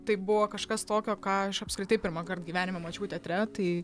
tai buvo kažkas tokio ką aš apskritai pirmąkart gyvenime mačiau teatre tai